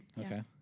okay